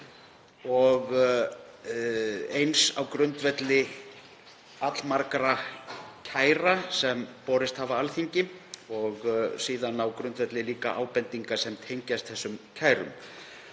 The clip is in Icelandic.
og eins á grundvelli allmargra kæra sem borist hafa Alþingi og síðan líka á grundvelli ábendinga sem tengjast þessum kærum.